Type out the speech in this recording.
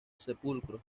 sepulcro